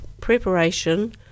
preparation